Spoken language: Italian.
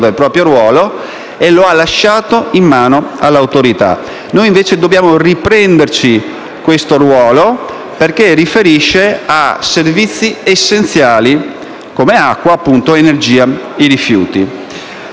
si è svestito del proprio ruolo e lo ha lasciato in mano all'Autorità. Noi, invece, dobbiamo riprenderci questo ruolo perché afferisce a servizi essenziali come acqua, energia e rifiuti.